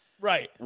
Right